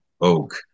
oak